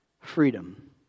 Freedom